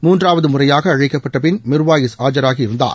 மூன்றாவது முறையாக அழைக்கப்பட்ட பின் மிர்வாயிஸ் ஆஜராகி இருந்தார்